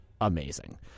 amazing